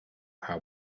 how